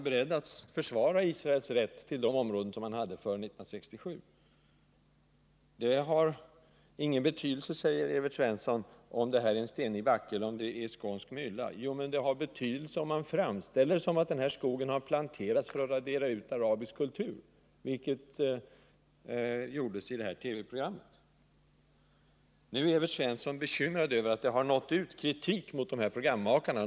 Det har ingen betydelse, säger Evert Svensson, om det här området utgörs av en stenig backe eller av skånsk mylla. Jo, det har betydelse om man framställer det som om skogen har planterats för att radera ut arabisk kultur, vilket var vad som gjordes i TV-programmet. Nu är Evert Svensson bekymrad över att det i TV 2 har gått ut kritik mot programmakarna.